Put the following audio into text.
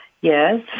yes